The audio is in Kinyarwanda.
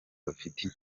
bafite